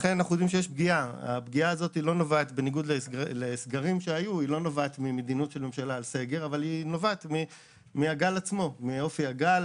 הבעיה לא נובעת ממדיניות הממשלה אלא מאופי הגל,